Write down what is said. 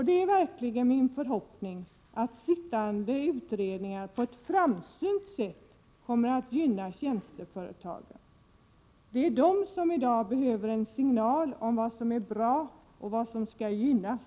Det är verkligen min förhoppning att sittande utredningar på ett framsynt sätt kommer att gynna tjänsteföretagen. De behöver i dag en signal om vad som är bra och vad som skall gynnas.